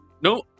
no